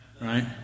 right